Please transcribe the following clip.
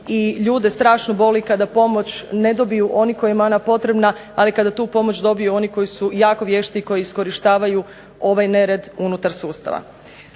ljude strašno boli kada pomoć ne dobiju oni kojima je ona potrebna, a i kada tu pomoć dobiju oni koji su jako vješti i koji iskorištavaju ovaj nered unutar sustava.